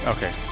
Okay